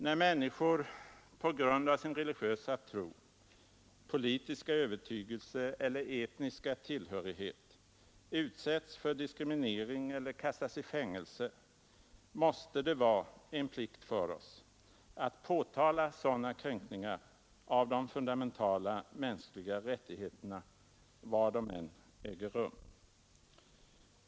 När människor på grund av sin religiösa tro, politiska övertygelse eller etniska tillhörighet utsätts för diskriminering eller kastas i fängelse, måste det vara en plikt för oss att påtala sådana kränkningar av de fundamentala mänskliga rättigheterna var de än äger rum.